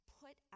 put